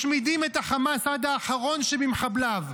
משמידים את החמאס עד האחרון שבמחבליו,